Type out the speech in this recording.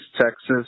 Texas